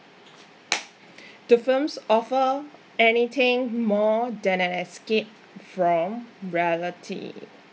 do films offer anything more than an escape from reality